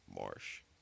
Marsh